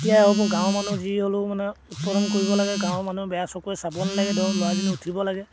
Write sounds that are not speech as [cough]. এতিয়া হ'ব গাঁৱৰ মানুহ যি হ'লে মানে [unintelligible] কৰিব লাগে গাঁৱৰ মানুহ বেয়া চকুৱে চাব নালাগে [unintelligible] উঠিব লাগে